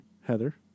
Heather